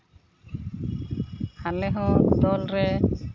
ᱟᱞᱮ ᱦᱚᱸ ᱫᱚᱞ ᱨᱮ